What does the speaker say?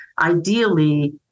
ideally